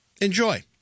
Enjoy